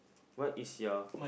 what is your